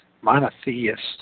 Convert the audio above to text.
monotheist